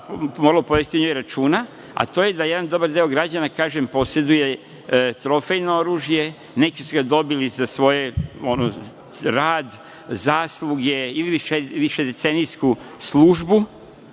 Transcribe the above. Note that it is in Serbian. moralo povesti u njoj računa, a to je da jedan dobar deo građana poseduje trofejno oružje, neki su ga dobili za svoj rad, zasluge ili višedecenijsku službu